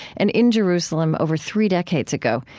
and in jerusalem over three decades ago,